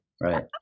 right